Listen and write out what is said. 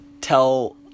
tell